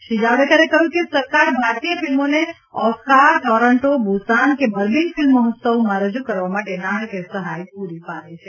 શ્રી જાવડેકરે કહ્યું કે સરકાર ભારતીય ફિલ્મોને ઓસ્કાર ટોરન્ટો બુસાન કે બર્બીન ફિલ્મ મહોત્સવમાં રજુ કરવા માટે નાણાકીય સહાય પૂરી પાડે છે